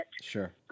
Sure